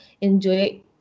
Enjoy